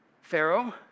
Pharaoh